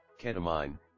Ketamine